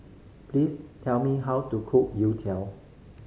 please tell me how to cook youtiao